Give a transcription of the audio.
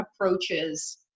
approaches